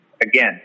again